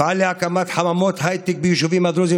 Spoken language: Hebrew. אפעל להקמת חממות הייטק ביישובים הדרוזיים